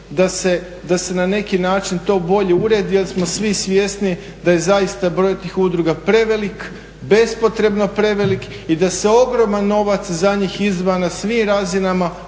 da se na neki način to bolje uredi jer smo svi svjesni da je zaista broj tih udruga prevelik, bespotrebno prevelik i da se ogroman novac za njih izdvaja na svim razinama,